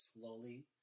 slowly